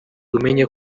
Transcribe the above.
umenye